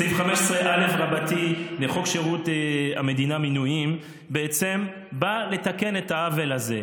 סעיף 15א לחוק שירות המדינה (מינויים) בעצם בא לתקן את העוול הזה.